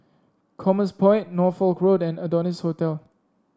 Commerce Point Norfolk Road and Adonis Hotel